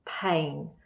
pain